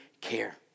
care